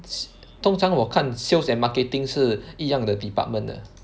是通常我看 sales and marketing 是一样的 department 的